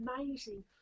amazing